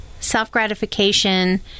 Self-gratification